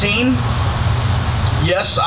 Yes